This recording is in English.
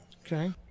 Okay